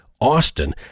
Austin